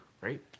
right